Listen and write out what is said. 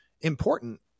important